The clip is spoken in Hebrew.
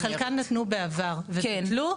חלקן נתנו בעבר וביטלו,